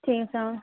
ঠিক আছে অ